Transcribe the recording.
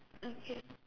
okay